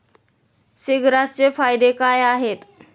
सीग्रासचे फायदे काय आहेत?